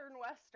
Western